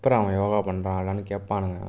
எப்பிட்றா அவன் யோகா பண்ணுறான் என்னன்னு கேட்பானுக